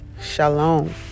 Shalom